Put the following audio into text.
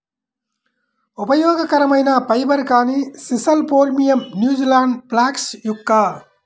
ఉపయోగకరమైన ఫైబర్, కానీ sisal phormium, New Zealand flax yucca